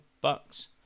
Bucks